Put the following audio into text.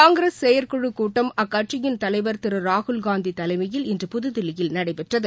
காங்கிஸ் செயற்குழுக் கூட்டம் அக்கட்சியின் தலைவர் திருராகுல்காந்திதலைமயில் இன்று புதுதில்லியில் நடைபெற்றது